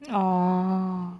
oh